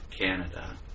Canada